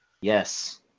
Yes